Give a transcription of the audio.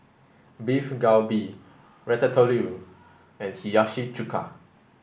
Beef Galbi Ratatouille and Hiyashi Chuka